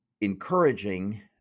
encouraging